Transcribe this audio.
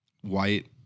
white